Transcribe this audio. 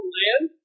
land